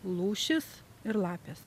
lūšys ir lapės